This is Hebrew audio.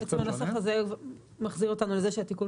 בעצם הנוסח הזה מחזיר אותנו לזה שהתיקון